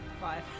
Five